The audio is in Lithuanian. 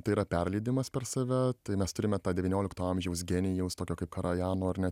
tai yra perleidimas per save tai mes turime tą devyniolikto amžiaus genijaus tokio kaip karajano ar ne